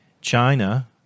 China